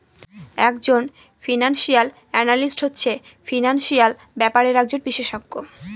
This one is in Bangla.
এক জন ফিনান্সিয়াল এনালিস্ট হচ্ছে ফিনান্সিয়াল ব্যাপারের একজন বিশষজ্ঞ